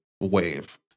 wave